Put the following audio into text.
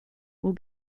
will